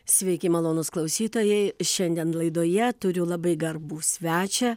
sveiki malonūs klausytojai šiandien laidoje turiu labai garbų svečią